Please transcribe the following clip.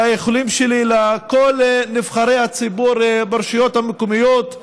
לאיחולים שלי לכל נבחרי הציבור ברשויות המקומיות,